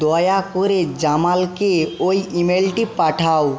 দয়া করে জামালকে ওই ইমেলটি পাঠাও